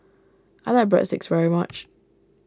I like Breadsticks very much